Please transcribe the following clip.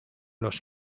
los